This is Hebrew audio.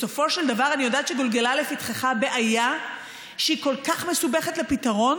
בסופו של דבר אני יודעת שגולגלה לפתחך בעיה שהיא כל כך מסובכת לפתרון,